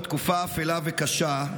בתקופה אפלה וקשה,